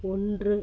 ஒன்று